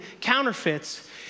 counterfeits